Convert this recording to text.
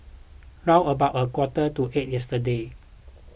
round about a quarter to eight yesterday